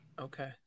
Okay